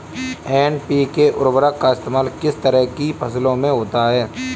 NPK उर्वरक का इस्तेमाल किस तरह की फसलों में होता है?